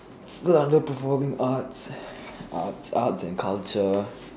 under performing arts arts arts and culture